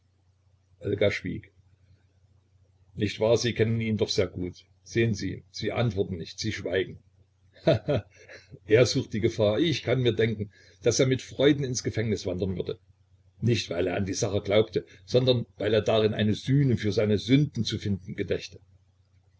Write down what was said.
olga schwieg nicht wahr sie kennen ihn doch sehr gut sehen sie sie antworten nicht sie schweigen he he er sucht die gefahr ich kann mir denken daß er mit freuden ins gefängnis wandern würde nicht weil er an die sache glaubte sondern weil er darin eine sühne für seine sünden zu finden gedächte